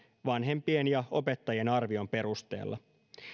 vanhempien ja opettajien arvion perusteella